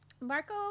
Marco